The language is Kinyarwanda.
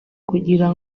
kugira